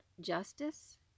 justice